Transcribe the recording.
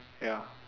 ya